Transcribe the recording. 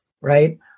right